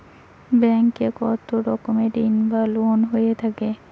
Bank এ কত রকমের ঋণ বা লোন হয়ে থাকে?